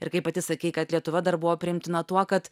ir kaip pati sakei kad lietuva dar buvo priimtina tuo kad